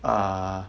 uh